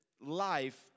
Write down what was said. life